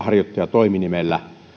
toiminimellä